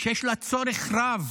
שיש לה צורך רב